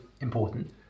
important